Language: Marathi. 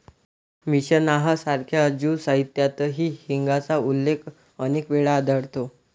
मिशनाह सारख्या ज्यू साहित्यातही हिंगाचा उल्लेख अनेक वेळा आढळतो